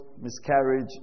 miscarriage